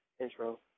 intro